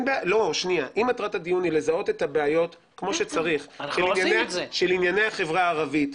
אם מטרת הדיון היא לזהות את הבעיות כמו שצריך של ענייני החברה הערבית,